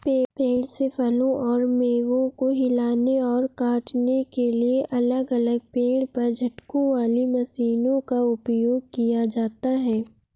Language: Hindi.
पेड़ से फलों और मेवों को हिलाने और काटने के लिए अलग अलग पेड़ पर झटकों वाली मशीनों का उपयोग किया जाता है